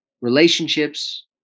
relationships